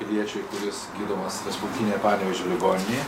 piliečiui kuris gydomas respublikinėj panevėžio ligoninėj